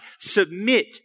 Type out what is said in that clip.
Submit